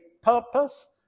purpose